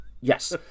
Yes